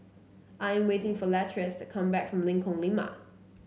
I am waiting for Latrice to come back from Lengkong Lima